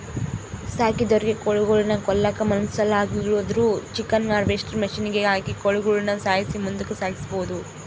ಸಾಕಿದೊರಿಗೆ ಕೋಳಿಗುಳ್ನ ಕೊಲ್ಲಕ ಮನಸಾಗ್ಲಿಲ್ಲುದ್ರ ಚಿಕನ್ ಹಾರ್ವೆಸ್ಟ್ರ್ ಮಷಿನಿಗೆ ಹಾಕಿ ಕೋಳಿಗುಳ್ನ ಸಾಯ್ಸಿ ಮುಂದುಕ ಸಾಗಿಸಬೊದು